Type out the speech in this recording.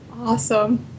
Awesome